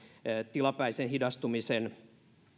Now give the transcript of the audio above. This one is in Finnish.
tilapäisen hidastumisen